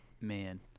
man